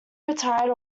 retired